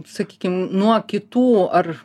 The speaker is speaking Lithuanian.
sakykim nuo kitų ar